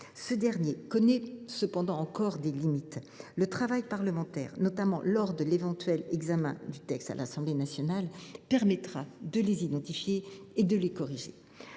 Ce dernier connaît cependant encore des limites. Le travail parlementaire, notamment lors de l’éventuel examen du texte à l’Assemblée nationale, permettra de les identifier et de les corriger.